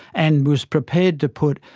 and was prepared to put